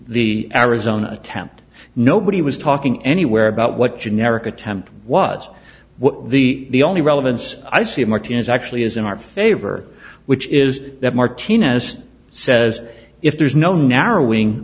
the arizona attempt nobody was talking anywhere about what generic attempt was what the only relevance i see of martinez actually is in our favor which is that martinez says if there's no narrowing